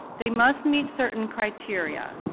they must meet certain criteria,